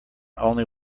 only